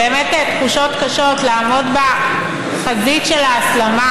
באמת, תחושות קשות לעמוד בחזית של ההסלמה,